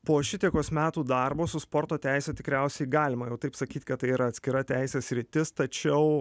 po šitiekos metų darbo su sporto teise tikriausiai galima jau taip sakyt kad tai yra atskira teisės sritis tačiau